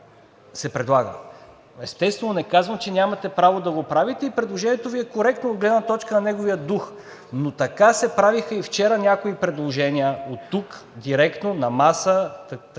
Естествено, не казвам, че нямате право да го правите и предложението Ви е коректно от гледна точка на неговия дух, но така се правеха и вчера някои предложения оттук, директно, на маса –